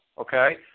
Okay